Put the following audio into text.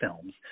films